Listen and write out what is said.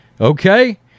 Okay